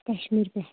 کَشمیٖر پٮ۪ٹھ